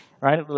right